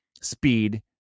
speed